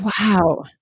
Wow